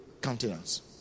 countenance